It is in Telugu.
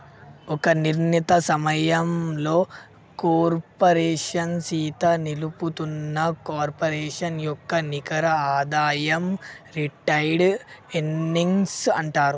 ఒక నిర్ణీత సమయంలో కార్పోరేషన్ సీత నిలుపుతున్న కార్పొరేషన్ యొక్క నికర ఆదాయం రిటైర్డ్ ఎర్నింగ్స్ అంటారు